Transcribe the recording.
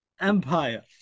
Empire